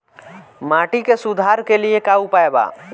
माटी के सुधार के लिए का उपाय बा?